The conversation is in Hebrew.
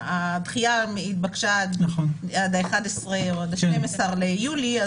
הדחייה התבקשה עד ה-11 או עד ה-12 ביולי.